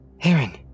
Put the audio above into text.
Aaron